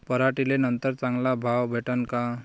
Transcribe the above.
पराटीले नंतर चांगला भाव भेटीन का?